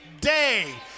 day